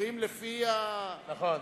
עוברים לפי, נכון.